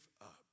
up